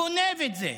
גונב את זה.